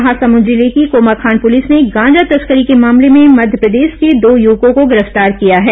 महासमुंद जिले की कोमाखान पुलिस ने गांजा तस्करी के मामले में मध्यप्रदेश के दो युवकों को गिरफ्तार किया है